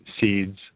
seeds